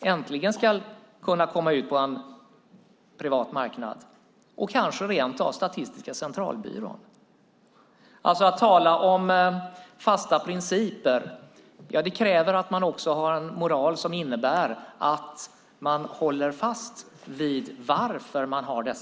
äntligen ska kunna komma ut på en privat marknad och kanske rent av Statistiska centralbyrån? Att tala om fasta principer kräver att man också har en moral som innebär att man håller fast vid varför man har dem.